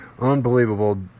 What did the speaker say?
unbelievable